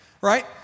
right